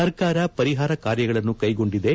ಸರ್ಕಾರ ಪರಿಹಾರ ಕಾರ್ಯಗಳನ್ನು ಕೈಗೊಂಡಿದೆ